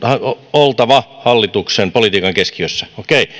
oltava hallituksen politiikan keskiössä